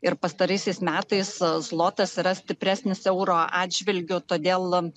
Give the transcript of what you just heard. ir pastaraisiais metais zlotas yra stipresnis euro atžvilgiu todėl